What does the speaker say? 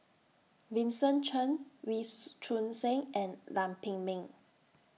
Vincent Cheng Wee Choon Seng and Lam Pin Min